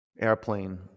Airplane